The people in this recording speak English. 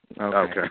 Okay